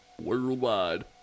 Worldwide